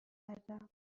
کردم